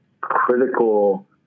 critical